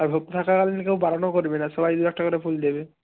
আর ভোগ থাকাকালীন কেউ বারণও করবে না সবাই দু একটা করে ফুল দেবে